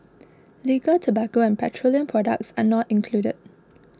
liquor tobacco and petroleum products are not included